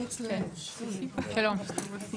שמי סוזי,